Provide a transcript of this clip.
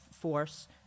force